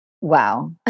Wow